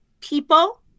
people